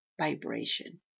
vibration